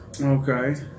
Okay